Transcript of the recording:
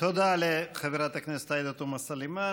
תודה לחברת הכנסת עאידה תומא סלימאן.